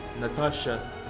Natasha